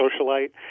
socialite